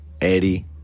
Eddie